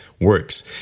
works